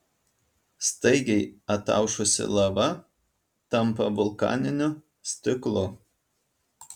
staigiai ataušusi lava tampa vulkaniniu stiklu